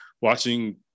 watching